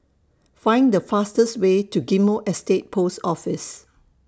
Find The fastest Way to Ghim Moh Estate Post Office